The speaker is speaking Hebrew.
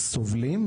סובלים,